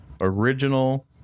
original